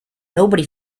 nobody